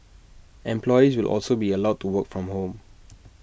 employees will also be allowed to work from home